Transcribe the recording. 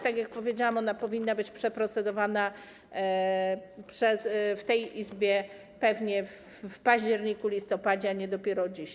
Tak jak powiedziałam, ona powinna być przeprocedowana w tej Izbie pewnie w październiku, listopadzie, a nie dopiero dziś.